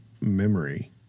memory